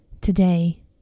Today